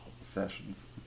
sessions